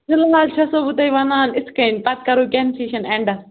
چلو اَز چھےٚ سَو بہٕ تۄہہِ وَنان یِتھٕ کَنۍ پَتہٕ کرو کَنسیشَن اینٛڈَس